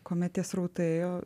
kuomet tie srautai